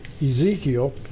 Ezekiel